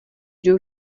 jdou